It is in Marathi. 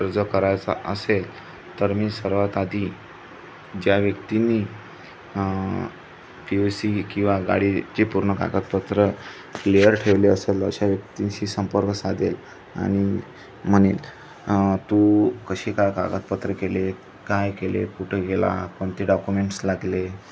खर्च करायचा असेल तर मी सर्वात आधी ज्या व्यक्तींनी पी यु सी किंवा गाडीची पूर्ण कागदपत्र क्लिअर ठेवली असेल अशा व्यक्तीशी संपर्क साधेल आणि म्हणेल तू कसे काय कागदपत्र केले काय केले कुठे गेला कोणते डॉक्युमेंट्स लागले